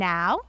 Now